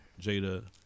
Jada